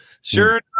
sure